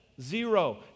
Zero